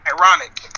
ironic